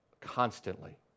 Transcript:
constantly